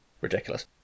ridiculous